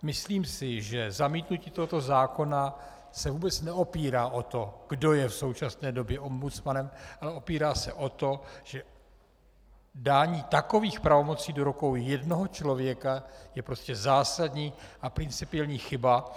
Myslím si, že zamítnutí tohoto zákona se vůbec neopírá o to, kdo je v současné době ombudsmane, ale opírá se o to, že dání takových pravomocí do rukou jednoho člověka je prostě zásadní a principiální chyba.